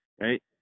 right